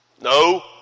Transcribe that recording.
No